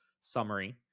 summary